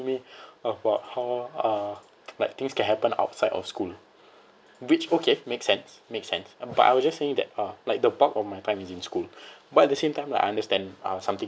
me about how uh like things can happen outside of school which okay make sense make sense but I was just saying that uh like the bulk of my time is in school but at the same time like I understand uh something